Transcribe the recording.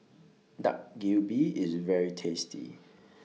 Dak Galbi IS very tasty